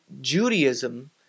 Judaism